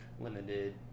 limited